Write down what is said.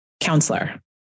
counselor